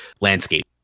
Landscape